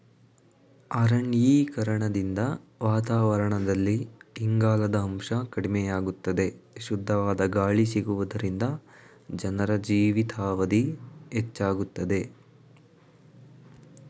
ಅರಣ್ಯೀಕರಣದಿಂದ ವಾತಾವರಣದಲ್ಲಿ ಇಂಗಾಲದ ಅಂಶ ಕಡಿಮೆಯಾಗುತ್ತದೆ, ಶುದ್ಧವಾದ ಗಾಳಿ ಸಿಗುವುದರಿಂದ ಜನರ ಜೀವಿತಾವಧಿ ಹೆಚ್ಚಾಗುತ್ತದೆ